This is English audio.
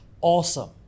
Awesome